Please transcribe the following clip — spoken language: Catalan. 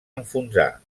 enfonsar